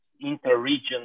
inter-region